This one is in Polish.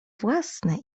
własne